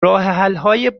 راهحلهای